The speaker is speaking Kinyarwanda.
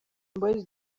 boys